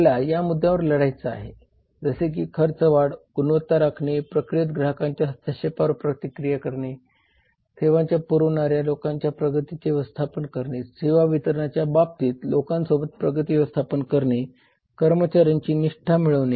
आपल्याला या मुद्दयांवर लढायचं आहे जसे की खर्च वाढ गुणवत्ता राखणे प्रक्रियेत ग्राहकांच्या हस्तक्षेपावर प्रतिक्रिया देणे सेवा पुरवणाऱ्या लोकांच्या प्रगतीचे व्यवस्थापन करणे सेवा वितरणाच्या बाबतीत लोकांसोबत प्रगती व्यवस्थापन करणे कर्मचाऱ्यांची निष्ठा मिळवणे